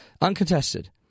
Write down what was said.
uncontested